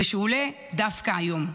ושהוא עולה דווקא היום.